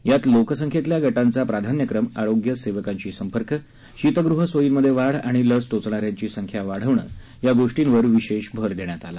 यात लोकसंख्येतल्या गटांचा प्राधान्यक्रम आरोग्य सेवकांशी संपर्क शीतगृह सोयींमधे वाढ आणि लस टोचणाऱ्यांची संख्या वाढवणं या गोष्टींवर विशेष भर देण्यात आला